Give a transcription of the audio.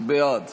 בעד